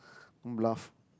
don't bluff